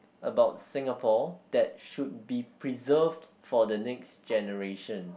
about Singapore that should be preserved for the next generation